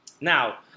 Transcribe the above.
Now